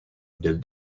del